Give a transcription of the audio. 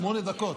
שמונה דקות.